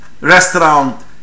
restaurant